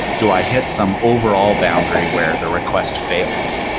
do i hit some overall boundary where the request fails?